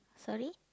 sorry